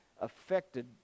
affected